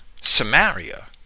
Samaria